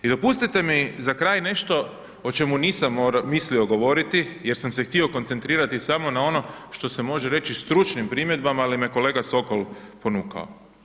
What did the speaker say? I dopustite mi za kraj nešto o čemu nisam mislio govoriti jer sam se htio koncentrirati samo na ono što se može reći stručnim primjedbama ali me je kolega Sokol ponukao.